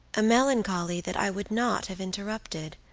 a melancholy that i would not have interrupted.